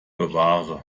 bewahre